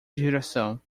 direção